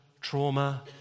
trauma